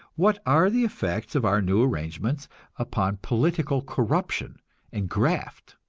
what are the effects of our new arrangements upon political corruption and graft?